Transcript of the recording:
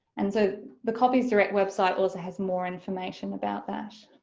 and so the copies direct website also has more information about that.